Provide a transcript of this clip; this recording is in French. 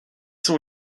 sont